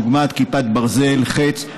דוגמת כיפת ברזל וחץ.